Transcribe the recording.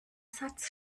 satz